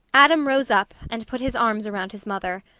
adam rose up and put his arms around his mother.